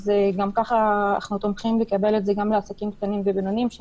אנחנו תומכים בכך שגם עסקים קטנים ובינוניים יקבלו,